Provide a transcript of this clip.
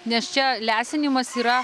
nes čia lesinimas yra